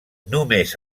només